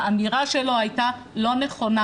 האמירה שלו הייתה לא נכונה.